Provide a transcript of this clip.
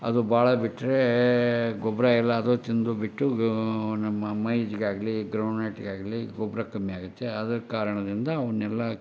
ಅದು ಭಾಳ ಬಿಟ್ಟರೆ ಗೊಬ್ಬರ ಎಲ್ಲ ಅದು ತಿಂದು ಬಿಟ್ಟು ನಮ್ಮ ಮೈಜ್ಗಾಗಲಿ ಗ್ರೌಂಡ್ ನಟ್ಗಾಗಲಿ ಗೊಬ್ಬರ ಕಮ್ಮಿ ಆಗುತ್ತೆ ಆದ ಕಾರಣದಿಂದ ಅವನ್ನೆಲ್ಲ